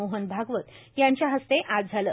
मोहन भागवत यांच्या हस्ते आज झालं